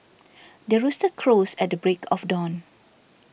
the rooster crows at the break of dawn